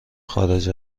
خارج